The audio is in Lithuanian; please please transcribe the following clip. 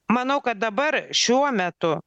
manau kad dabar šiuo metu